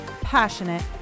passionate